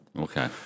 Okay